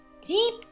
deep